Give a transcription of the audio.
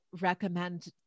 recommend